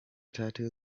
tattoo